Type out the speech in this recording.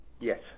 yes